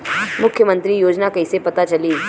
मुख्यमंत्री योजना कइसे पता चली?